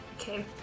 Okay